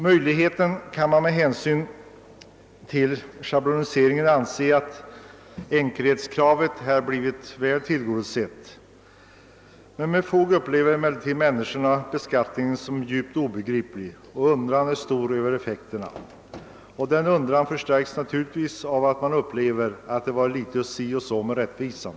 Möjligen kan man med hänsyn till schabloniseringen anse att enkelhetskravet här blivit väl tillgodosett, men med fog finner människorna beskattningen djupt obegriplig och deras undran över effekterna är stor. Denna undran förstärks naturligtvis av att man upplever det vara lite si och så med rättvisan.